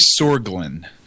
sorglin